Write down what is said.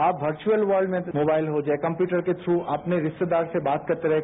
आप virtual world में mobile हो चाहे कम्प्युटरके थ्रू अपने रिश्तेदार से बात करते रहें